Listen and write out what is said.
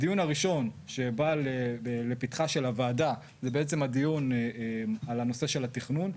הדיון הראשון שבא לפתחה של הוועדה זה בעצם הדיון על הנושא של התכנון.